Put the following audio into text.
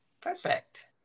Perfect